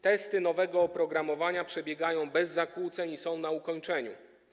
Testy nowego oprogramowania przebiegają bez zakłóceń i są na ukończeniu.